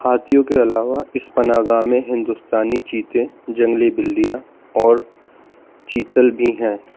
ہاتھیوں کے علاوہ اس پناہ گاہ میں ہندوستانی چیتے جنگلی بلیاں اور چیتل بھی ہیں